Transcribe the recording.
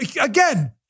Again